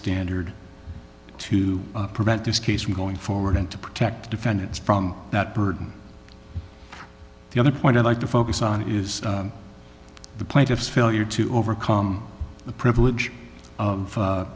standard to prevent this case were going forward and to protect defendants from that burden the other point i'd like to focus on is the plaintiff's failure to overcome the privilege of